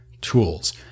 tools